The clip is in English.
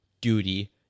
duty